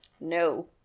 no